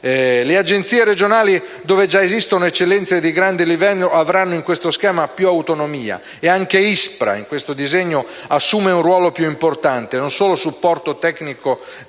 Le Agenzie regionali, dove già esistono eccellenze di grande livello, avranno in questo schema più autonomia, e anche l'ISPRA, in questo disegno, assume un ruolo più importante: non solo di supporto tecnico ai